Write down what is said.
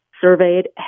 surveyed